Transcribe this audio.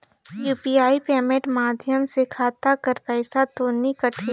UPI payment माध्यम से खाता कर पइसा तो नी कटही?